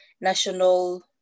National